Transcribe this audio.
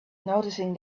noticing